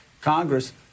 Congress